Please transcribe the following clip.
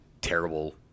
terrible